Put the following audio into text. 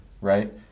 right